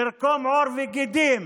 לקרום עור וגידים